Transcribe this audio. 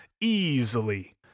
easily